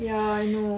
ya I know